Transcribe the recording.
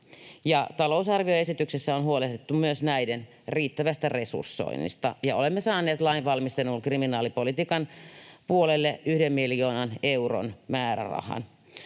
Talousarvioesityksessä on huolehdittu myös näiden riittävästä resursoinnista, ja olemme saaneet lainvalmisteluun kriminaalipolitiikan puolelle yhden miljoonan euron määrärahan.